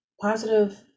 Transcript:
positive